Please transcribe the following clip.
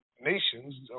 Nations